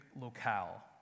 locale